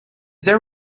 there